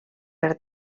per